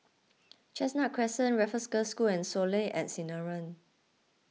Chestnut Crescent Raffles Girls' School and Soleil at Sinaran